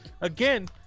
again